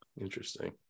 Interesting